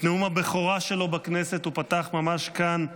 את נאום הבכורה שלו בכנסת הוא פתח ממש כאן,